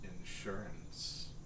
insurance